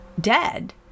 dead